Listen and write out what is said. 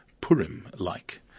Purim-like